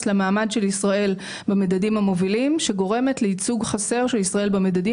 למעמד של ישראל במדדים המובילים שגורמת לייצוג חסר של ישראל במדדים